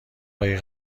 هایی